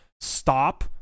Stop